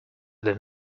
than